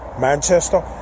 manchester